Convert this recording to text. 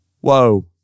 whoa